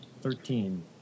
Thirteen